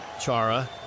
Chara